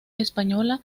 española